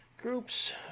groups